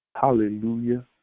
Hallelujah